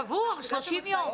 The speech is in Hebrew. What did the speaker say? קבעו 30 יום.